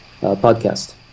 podcast